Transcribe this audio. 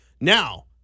Now